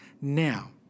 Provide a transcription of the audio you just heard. now